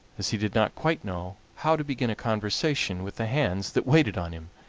as he did not quite know how to begin a conversation with the hands that waited on him,